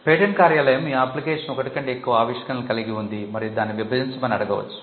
patent కార్యాలయం మీ application ఒకటి కంటే ఎక్కువ ఆవిష్కరణలను కలిగి ఉంది మరియు దానిని విభజించమని అడగ వచ్చు